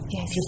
Yes